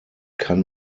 kann